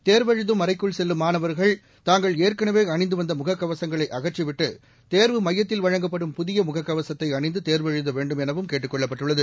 தேர்வெழுதும் அறைக்குள் செல்லும் மாணவர்கள் தாங்கள் ஏற்கனவே அணிந்து வந்த முகக்கவசங்களை அகற்றிவிட்டு தேர்வு மையத்தில் வழங்கப்படும் புதிய முகக்கவசத்தை அணிந்து தேர்வெழுத வேண்டும் எனவும் கேட்டுக் கொள்ளப்பட்டுள்ளது